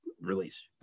release